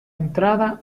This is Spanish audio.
entrada